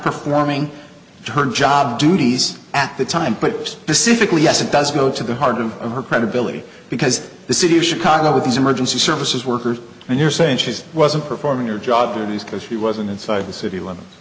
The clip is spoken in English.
performing to her job duties at the time but specifically yes it does go to the heart of her credibility because the city of chicago with these emergency services workers and you're saying she's wasn't performing your job duties because she wasn't inside the city l